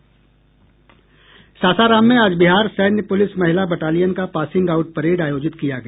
सासाराम में आज बिहार सैन्य पुलिस महिला बटालियन का पासिंग आउट परेड आयोजित किया गया